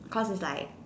cause it's like